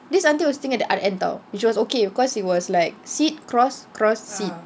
this aunty was sitting at the other end [tau] which was okay because it was like sit cross cross sit